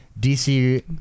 DC